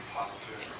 positive